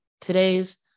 today's